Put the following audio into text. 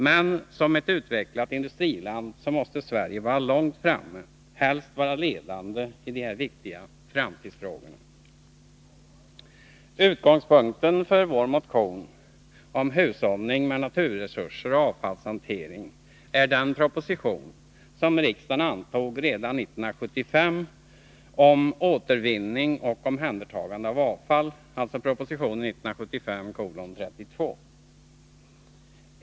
Men som ett utvecklat industriland måste Sverige vara långt framme, helst vara ledande, i de här viktiga framtidsfrågorna. Utgångspunkten för vår motion om hushållning med naturresurser och avfallshantering är den proposition som riksdagen antog redan 1975 om återvinning och omhändertagande av avfall, dvs. proposition 1975:32.